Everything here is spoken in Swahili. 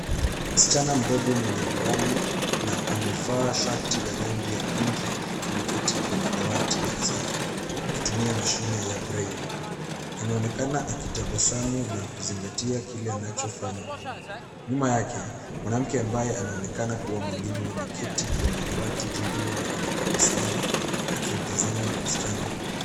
Msichana mdogo mwenye miwani na amevaa shati la rangi ya pinki, ameketi kwenye dawati darasani akitumia mashine ya braille . Anaonekana akitabasamu na kuzingatia kile anachofanya. Nyuma yake, mwanamke ambaye anaonekana kuwa mwalimu ameketi kwenye dawati jingine na anatabasamu akimtazama msichana huyo.